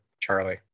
Charlie